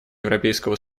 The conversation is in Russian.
европейского